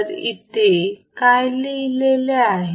तर इथे काय लिहिलेले आहे